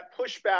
pushback